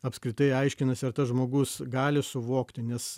apskritai aiškinasi ar tas žmogus gali suvokti nes